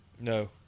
No